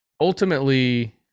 Ultimately